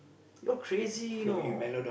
you're crazy you know